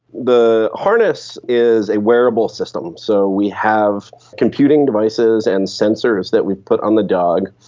the harness is a wearable system. so we have computing devices and sensors that we put on the dog.